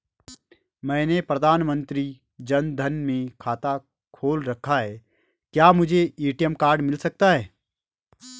मैंने प्रधानमंत्री जन धन में खाता खोल रखा है क्या मुझे ए.टी.एम कार्ड मिल सकता है?